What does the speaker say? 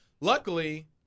luckily